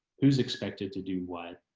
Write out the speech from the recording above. who's expected to do what